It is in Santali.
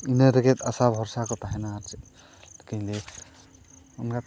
ᱤᱱᱟᱹ ᱨᱮᱜᱮ ᱟᱥᱟ ᱵᱷᱚᱨᱥᱟ ᱠᱚ ᱛᱟᱦᱮᱱᱟ ᱟᱨ ᱪᱮᱫ ᱞᱮᱠᱟᱧ ᱞᱟᱹᱭᱟ ᱚᱱᱟᱛᱮ